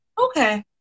Okay